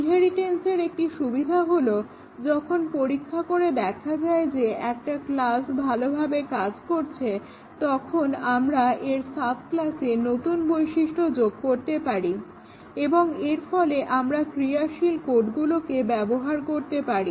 ইনহেরিটেন্সের একটি সুবিধা হলো যখন পরীক্ষা করে দেখা যায় যে একটা ক্লাস ভালোভাবে কাজ করছে তখন আমরা এর সাব্ ক্লাসে নতুন বৈশিষ্ট্য যোগ করতে পারি এবং এর ফলে আমরা ক্রিয়াশীল কোডগুলোকে ব্যবহার করতে পারি